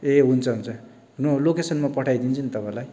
ए हुन्छ हुन्छ नो लोकेसन म पठाइदिन्छु नि तपाईँलाई